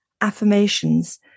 affirmations